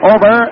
Over